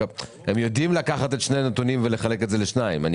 אני מאמין שהם יודעים לקחת את שני הנתונים ולחלק את זה לשתיים.